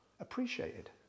Appreciated